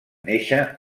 néixer